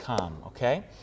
Okay